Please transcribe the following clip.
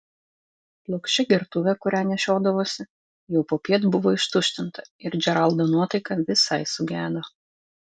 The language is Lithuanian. plokščia gertuvė kurią nešiodavosi jau popiet buvo ištuštinta ir džeraldo nuotaika visai sugedo